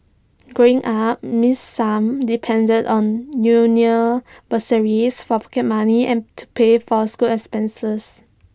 growing up miss sum depended on union bursaries for pocket money and to pay for school expenses